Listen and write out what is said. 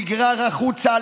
נגרר החוצה,